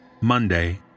Monday